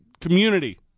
community